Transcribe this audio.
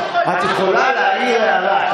את יכולה להעיר הערה,